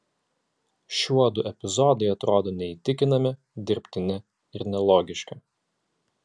šiuodu epizodai atrodo neįtikinami dirbtini ir nelogiški